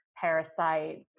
parasites